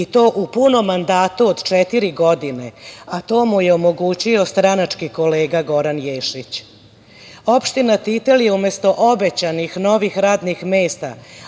i to u punom mandatu od četiri godine, a to mu je omogućio stranački kolega Goran Ješić. Opština Titel je umesto obećanih novih radnih mesta,